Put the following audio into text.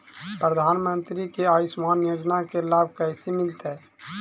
प्रधानमंत्री के आयुषमान योजना के लाभ कैसे मिलतै?